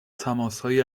تماسهایی